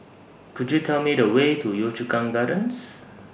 Could YOU Tell Me The Way to Yio Chu Kang Gardens